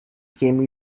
came